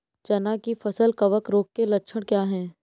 चना की फसल कवक रोग के लक्षण क्या है?